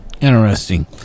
interesting